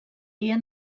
dia